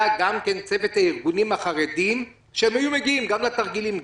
היה גם צוות הארגונים החרדיים שהיו מגיעים גם לתרגילים,